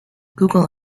google